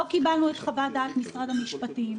לא קיבלנו את חוות דעת משרד המשפטים.